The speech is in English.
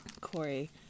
Corey